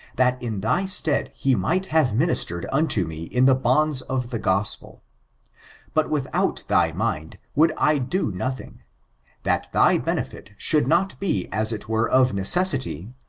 that in thy stead he might have ministered unto me in the bonds of the gospel but without thy mind would i do nothing that thy benefit should not be as it were of necessity,